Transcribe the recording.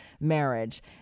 marriage